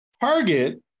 target